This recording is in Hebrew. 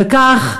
וכך,